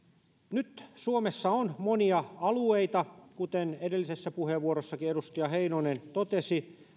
nyt suomessa on monia alueita kuten edellisessä puheenvuorossakin edustaja heinonen totesi